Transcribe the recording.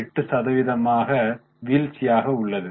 08 சதவீத வீழ்ச்சியாக உள்ளது